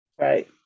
right